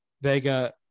Vega